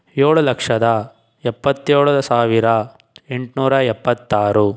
ಏಳು ಲಕ್ಷದ ಎಪ್ಪತ್ತೇಳು ಸಾವಿರ ಎಂಟ್ನೂರ ಎಪ್ಪತ್ತಾರು